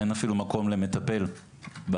אין אפילו מקום למטפל בדירה.